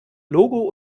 logo